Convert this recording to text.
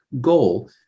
goal